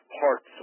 parts